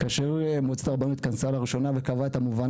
כאשר מועצת הרבנות התכנסה לראשונה וקבעה את המובן